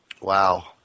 Wow